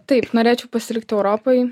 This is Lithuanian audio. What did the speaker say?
taip norėčiau pasilikti europoj